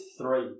three